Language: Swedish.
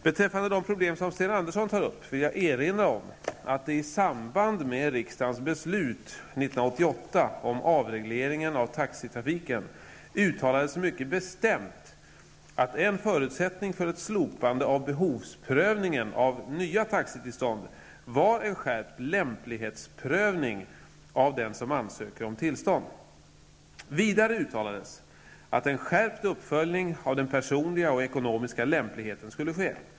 Beträffande de problem som Sten Andersson tar upp vill jag erinra om att det i samband med riksdagens beslut år 1988 om avregleringen av taxitrafiken uttalades mycket bestämt att en förutsättning för ett slopande av behovsprövningen av nya taxitillstånd var en skärpt lämplighetsprövning av den som ansöker om tillstånd. Vidare uttalades att en skärpt uppföljning av den personliga och ekonomiska lämpligheten skulle ske.